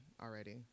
already